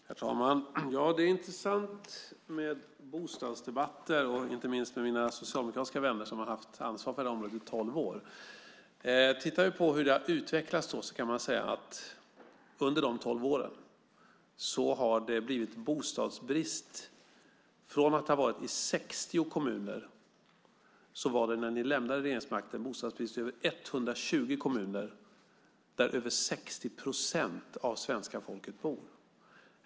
Herr talman! Det är intressant med bostadsdebatter, inte minst med mina socialdemokratiska vänner, som har haft ansvaret för det här området i tolv år. Tittar vi på hur det har utvecklats då kan vi säga att under de tolv åren har det blivit ökad bostadsbrist. Från att ha varit bostadsbrist i 60 kommuner var det, när ni lämnade makten, bostadsbrist i över 120 kommuner där över 60 procent av svenska folket bor.